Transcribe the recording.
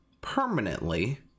permanently